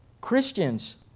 Christians